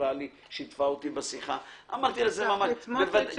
רואה את המציאות.